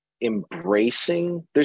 embracing